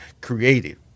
created